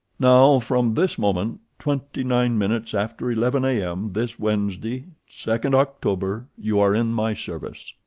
now from this moment, twenty-nine minutes after eleven, a m, this wednesday, second october, you are in my service.